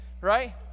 right